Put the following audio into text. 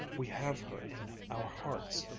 we have her in our hearts.